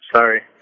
Sorry